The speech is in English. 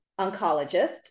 oncologist